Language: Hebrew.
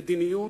מדיניות,